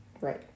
Right